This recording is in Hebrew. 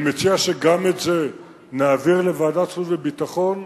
אני מציע שגם את זה נעביר לוועדת החוץ והביטחון,